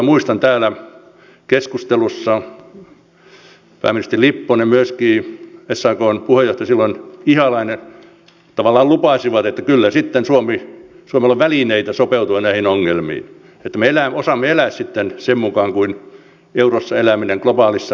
muistan miten silloin täällä keskustelussa pääministeri lipponen ja myöskin silloinen sakn puheenjohtaja ihalainen tavallaan lupasivat että kyllä sitten suomella on välineitä sopeutua näihin ongelmiin että me osaamme elää sitten sen mukaan mitä eurossa eläminen globaalissa maailmantaloudessa edellyttää